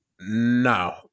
No